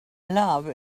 love